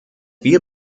wir